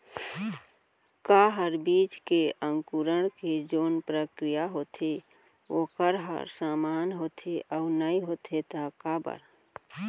का हर बीज के अंकुरण के जोन प्रक्रिया होथे वोकर ह समान होथे, अऊ नहीं होथे ता काबर?